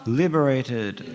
liberated